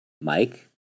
Mike